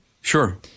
Sure